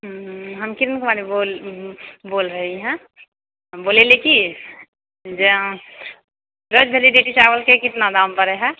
हम किरण कुमारी बोल रही है हम बोलै रही कि जे अहाँ चावलके कितना दाम पड़ै